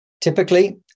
Typically